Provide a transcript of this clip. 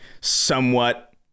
somewhat